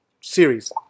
series